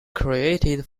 created